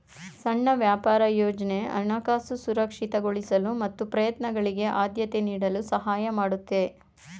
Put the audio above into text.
ಸಣ್ಣ ವ್ಯಾಪಾರ ಯೋಜ್ನ ಹಣಕಾಸು ಸುರಕ್ಷಿತಗೊಳಿಸಲು ಮತ್ತು ಪ್ರಯತ್ನಗಳಿಗೆ ಆದ್ಯತೆ ನೀಡಲು ಸಹಾಯ ಮಾಡುತ್ತೆ